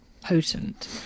potent